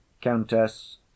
Countess